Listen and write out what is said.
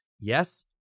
Yes